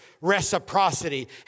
reciprocity